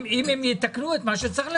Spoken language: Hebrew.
אם הם יתקנו את מה שצריך לתקן.